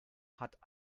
hat